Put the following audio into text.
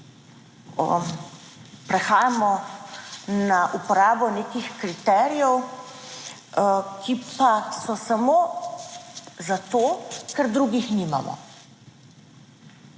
prehajamo na uporabo nekih kriterijev, ki pa so samo zato, ker drugih nimamo.